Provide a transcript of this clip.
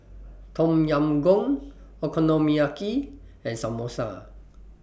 Tom Yam Goong Okonomiyaki and Samosa